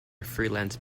freelance